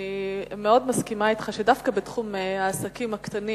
אני מאוד מסכימה אתך שדווקא בתחום העסקים הקטנים,